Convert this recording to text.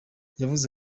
yagize